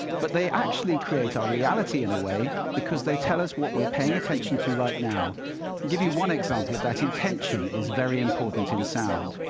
but they actually create our reality in a way, because they tell us what we're paying attention to right now. i'll give you one example of that. intention is very important in sound,